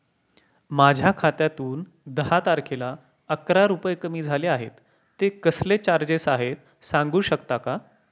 माझ्या खात्यातून दहा तारखेला अकरा रुपये कमी झाले आहेत ते कसले चार्जेस आहेत सांगू शकता का?